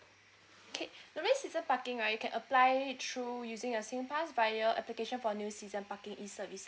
okay normally season parting right you can apply through using your singpass via application for new season parking E services